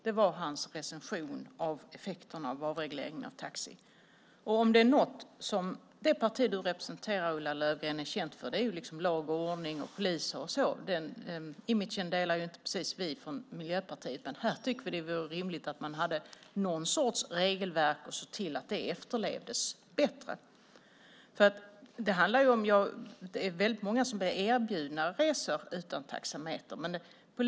Det var hans recension av effekterna av avregleringen av taxi. Om det är något det parti är känt för som Ulla Löfgren representerar så är det lag och ordning och poliser och sådant. Den imagen delar inte vi från Miljöpartiet precis, men här tycker vi att det vore rimligt att ha någon sorts regelverk och se till att det också efterlevdes. Många blir erbjudna resor utan taxameter.